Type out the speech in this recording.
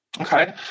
Okay